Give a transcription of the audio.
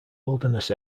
wilderness